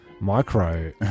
micro